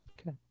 okay